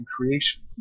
creation